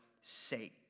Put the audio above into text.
sake